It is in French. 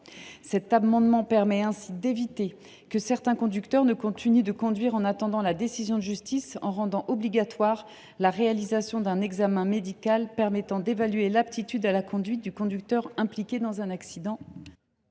Cet amendement vise donc à éviter que certains individus ne continuent à conduire dans l’attente de la décision de justice, en rendant obligatoire la réalisation d’un examen médical permettant d’évaluer l’aptitude à la conduite du conducteur impliqué dans un accident.